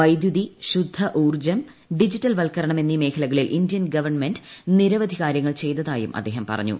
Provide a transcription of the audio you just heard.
വൈദ്യുതി ശുദ്ധഊർജ്ജം ഡിജിറ്റൽവത്ക്കരണം എന്നീ മേഖലകളിൽ ഇന്ത്യൻ ഗവൺമെന്റ് നിരവധി കാര്യങ്ങൾ ചെയ്തതായും അദ്ദേഹം പ്രറഞ്ഞു